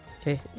Okay